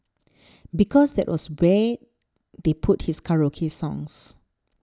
because that was where they put his karaoke songs